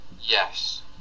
Yes